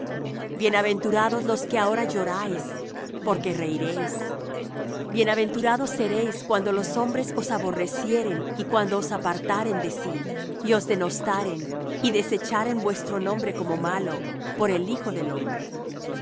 bienaventurados los que ahora lloráis porque reiréis bienaventurados seréis cuando los hombres os aborrecieren y cuando os apartaren de sí y os denostaren y desecharen vuestro nombre como malo por el hijo del hombre